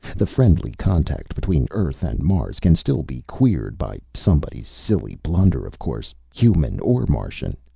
the friendly contact between earth and mars can still be queered by somebody's silly blunder, of course. human or martian.